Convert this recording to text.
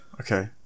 okay